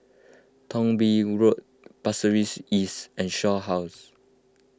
Thong Bee Road Pasir Ris East and Shaw House